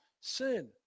sin